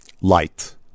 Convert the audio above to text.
light